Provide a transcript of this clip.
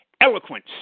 eloquence